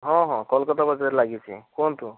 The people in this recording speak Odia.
ହଁ ହଁ କୋଲକାତା ବଜାର ଲାଗିଛି କୁହନ୍ତୁ